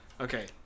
Okay